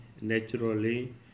naturally